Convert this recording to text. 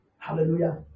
hallelujah